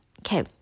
Okay